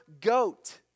goat